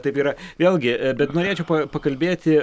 taip yra vėlgi bet norėčiau pakalbėti